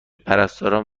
پرستاران